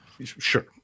Sure